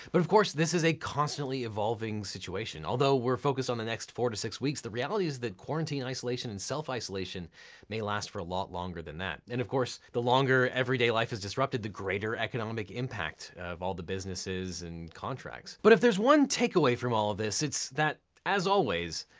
but, of course, this is a constantly evolving situation. although we're focused on the next four to six weeks, the reality is that quarantine and isolation and self-isolation may last for a lot longer than that. and of course, the longer everyday life is disrupted, the greater economic impact of all the businesses and contracts. but if there's one take-away from all of this, it's that, as always,